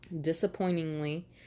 Disappointingly